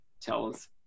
tells